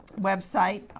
website